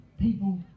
people